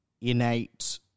innate